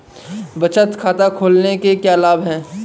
बचत खाता खोलने के क्या लाभ हैं?